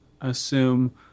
assume